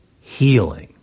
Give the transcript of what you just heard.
healing